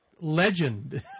Legend